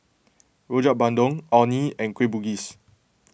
Rojak Bandung Orh Nee and Kueh Bugis